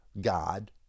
God